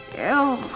Ew